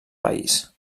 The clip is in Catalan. país